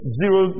zero